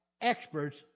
experts